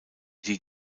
die